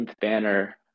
banner